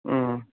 ம்